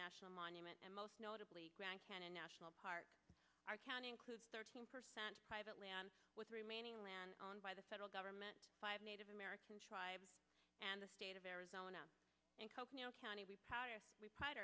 national monument and most notably grand canyon national park our county includes thirteen percent privately with remaining land owned by the federal government five native american tribes and the state of arizona in coconino county we